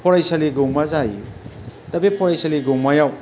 फरायसालि गौमा जायो दा बे फरायसालि गौमायाव